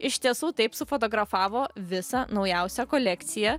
iš tiesų taip sufotografavo visą naujausią kolekciją